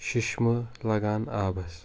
ششمہٕ لگان آبس